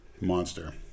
Monster